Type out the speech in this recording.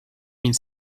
mille